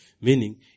Meaning